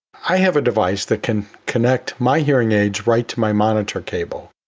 i have a device that can connect my hearing aids right to my monitor cable,